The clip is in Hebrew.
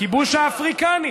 הכיבוש האפריקני.